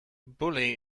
bully